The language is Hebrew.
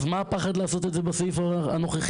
אז מה הפחד לעשות את זה בסעיף הנוכחי?